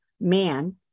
man